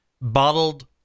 bottled